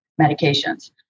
medications